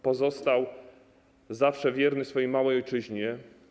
Pozostawał zawsze wierny swojej małej ojczyźnie.